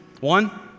One